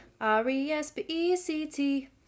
R-E-S-P-E-C-T